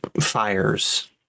fires